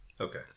Okay